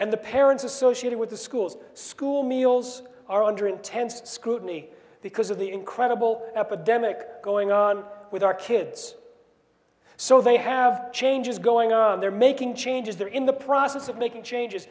and the parents associated with the schools school meals are under intense scrutiny because of the incredible epidemic going on with our kids so they have changes going on they're making changes there in the process of making changes